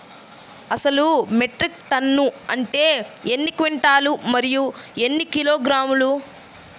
అసలు metric tonne అంటే ఎన్ని క్వింటాలు మరియు ఎన్ని కిలోగ్రాములు?